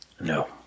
No